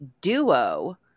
duo